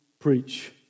preach